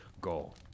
goal